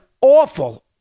awful